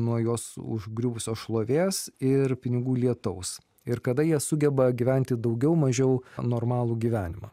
nuo juos užgriuvusios šlovės ir pinigų lietaus ir kada jie sugeba gyventi daugiau mažiau normalų gyvenimą